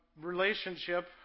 relationship